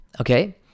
okay